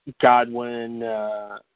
Godwin